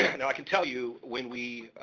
and i can tell you, when we,